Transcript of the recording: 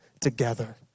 together